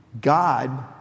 God